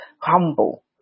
humble